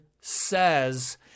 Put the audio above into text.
says